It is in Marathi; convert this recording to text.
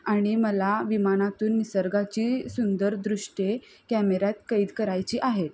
आणि मला विमानातून निसर्गाची सुंदर दृष्टे कॅमेऱ्यात कैद करायची आहे